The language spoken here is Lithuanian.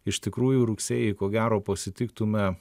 iš tikrųjų rugsėjį ko gero pasitiktume